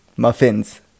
Muffins